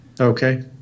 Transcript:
Okay